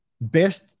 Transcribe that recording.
best